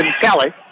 Kelly